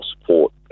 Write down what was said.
support